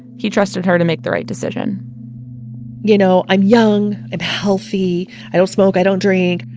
he trusted her to make the right decision you know, i'm young and healthy. i don't smoke. i don't drink.